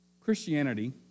Christianity